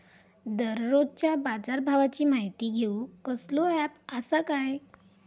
दररोजच्या बाजारभावाची माहिती घेऊक कसलो अँप आसा काय?